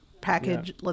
package